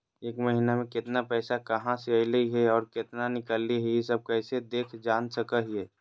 एक महीना में केतना पैसा कहा से अयले है और केतना निकले हैं, ई सब कैसे देख जान सको हियय?